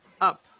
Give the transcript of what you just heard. up